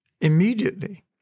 immediately